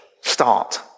start